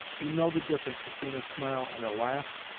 you know the difference between a smile and a laugh?